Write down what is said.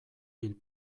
pil